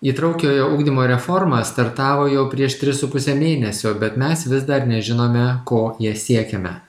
įtraukiojo ugdymo reforma startavo jau prieš tris su puse mėnesio bet mes vis dar nežinome ko ja siekiame